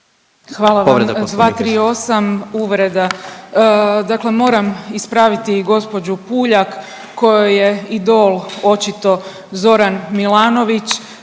Hvala vam. 238., uvreda, dakle moram ispraviti gospođu Puljak kojoj je idol očito Zoran Milanović